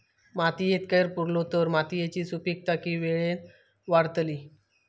मातयेत कैर पुरलो तर मातयेची सुपीकता की वेळेन वाडतली?